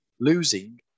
losing